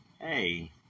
hey